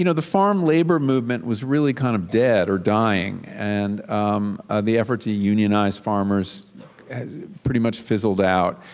you know the farm labor movement was really kind of dead or dying, and the effort to unionize farmers pretty much fizzled out.